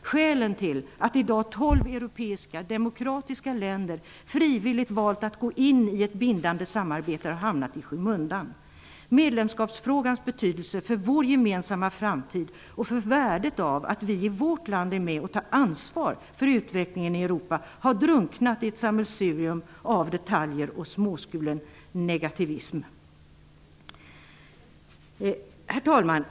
Skälen till att tolv europeiska demokratiska länder i dag frivilligt valt att gå in i ett bindande samarbete har hamnat i skymundan. Medlemskapsfrågans betydelse för vår gemensamma framtid och för värdet av att vi i vårt land är med och tar ansvar för utvecklingen i Europa har drunknat i ett sammelsurium av detaljer och småskuren negativism. Herr talman!